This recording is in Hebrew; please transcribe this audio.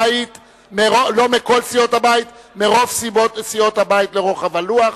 מרוב סיעות הבית לרוחב הלוח,